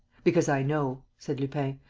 because i know, said lupin,